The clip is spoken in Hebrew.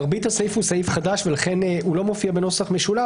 מרבית הסעיף הוא סעיף חדש ולכן הוא לא מופיע בנוסח משולב.